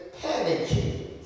panicking